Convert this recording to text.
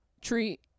treat